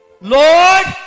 Lord